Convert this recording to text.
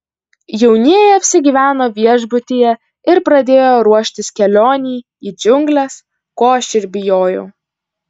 jaunieji apsigyveno viešbutyje ir pradėjo ruoštis kelionei į džiungles ko aš ir bijojau